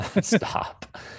Stop